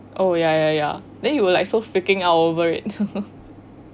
oh ya ya ya then you were so freaking out over it